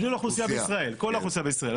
גידול כל האוכלוסייה בישראל.